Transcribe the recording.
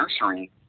nursery